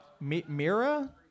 Mira